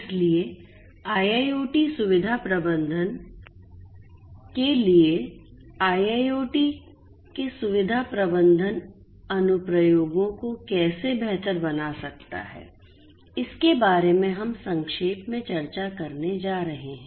इसलिए IIoT सुविधा प्रबंधन के लिए IIoT के सुविधा प्रबंधन अनुप्रयोगों को कैसे बेहतर बना सकता है इसके बारे में हम संक्षेप में चर्चा करने जा रहे हैं